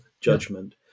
judgment